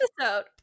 episode